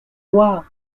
noirs